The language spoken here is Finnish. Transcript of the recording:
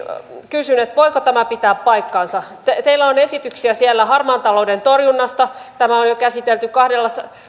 kysyn voiko tämä pitää paikkansa teillä on esityksiä siellä harmaan talouden torjunnasta tämä on jo käsitelty